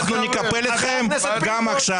אנחנו נקפל אתכם גם עכשיו.